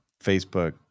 Facebook